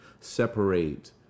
separate